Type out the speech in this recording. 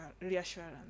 reassurance